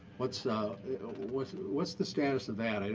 what's what's what's the status of that? and